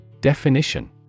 Definition